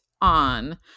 on